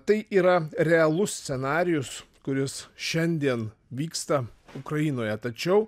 tai yra realus scenarijus kuris šiandien vyksta ukrainoje tačiau